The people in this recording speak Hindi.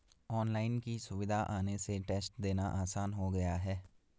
ऑनलाइन की सुविधा आने से टेस्ट देना आसान हो गया है